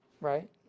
right